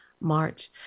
March